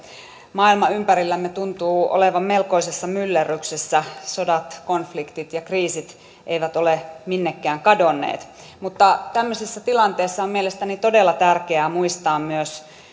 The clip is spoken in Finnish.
maailma ympärillämme tuntuu olevan melkoisessa myllerryksessä sodat konfliktit ja kriisit eivät ole minnekään kadonneet mutta tämmöisessä tilanteessa on mielestäni todella tärkeää muistaa myös